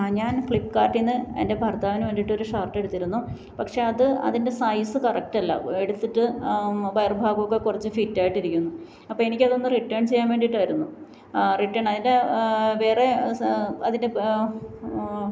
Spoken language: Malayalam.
ആ ഞാൻ ഫ്ളിപ്കാർട്ടിന്ന് എൻ്റെ ഭർത്താവിന് വേണ്ടിയിട്ട് ഒരു ഷർട്ട് എടുത്തിരുന്നു പക്ഷെ അത് അതിൻ്റെ സൈസ് കറക്റ്റല്ല എടുത്തിട്ട് വയർഭാഗമൊക്കെ കുറച്ച് ഫിറ്റായിട്ട് ഇരിക്കുന്നു അപ്പോള് എനിക്കതൊന്ന് റിട്ടേൺ ചെയ്യാൻ വേണ്ടിയിട്ടായിരുന്നു റിട്ടേൺ അതിൻ്റെ വേറെ അതിൻ്റെ